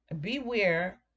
beware